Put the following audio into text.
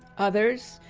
others,